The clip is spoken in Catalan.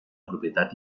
propietat